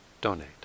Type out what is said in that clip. donate